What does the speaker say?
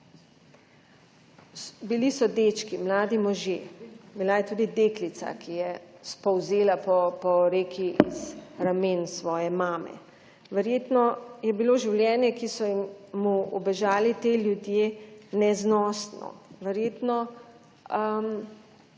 Bili so dečki, mladi možje, bila je tudi deklica, ki je spolzela po reki iz ramen svoje mame. Verjetno je bilo življenje, ki so mu ubežali ti ljudje, neznosno, verjetno